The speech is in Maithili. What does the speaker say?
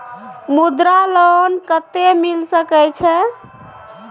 मुद्रा लोन कत्ते मिल सके छै?